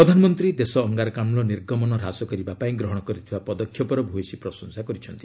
ପ୍ରଧାନମନ୍ତ୍ରୀ ଦେଶ ଅଙ୍ଗାରକାମ୍କ ନିର୍ଗମନ ହ୍ରାସ କରିବା ପାଇଁ ଗ୍ରହଣ କରିଥିବା ପଦକ୍ଷେପର ଭ୍ରୟସୀ ପ୍ରଶଂସା କରିଛନ୍ତି